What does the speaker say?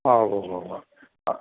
ആ ഉവ്വ് ഉവ്വ് ഉവ്വ് അ